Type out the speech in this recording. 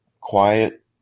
quiet